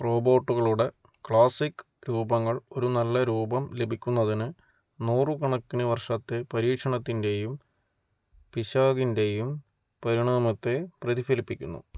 റോബോട്ടുകളുടെ classic രൂപങ്ങൾ ഒരു നല്ല രൂപം ലഭിക്കുന്നതിന് നൂറ് കണക്കിന് വർഷത്തെ പരീക്ഷണത്തിൻ്റെയും പിശാകിൻ്റെയും പരിണാമത്തെ പ്രതിഫലിപ്പിക്കുന്നു